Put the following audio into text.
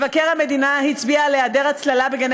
מבקר המדינה הצביע על היעדר ההצללה בגני